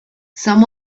some